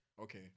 okay